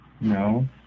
No